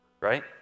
right